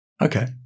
Okay